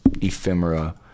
ephemera